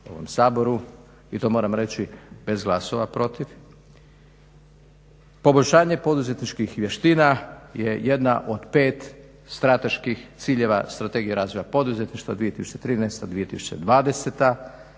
i to moram reći bez glasova protiv. Poboljšanje poduzetničkih vještina je jedna od pet strateških ciljeva Strategije razvoja poduzetništva 2013.-2020.